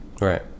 Right